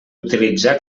utilitzar